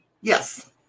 Yes